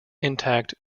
intact